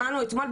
שמענו אתמול,